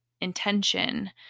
intention